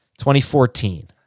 2014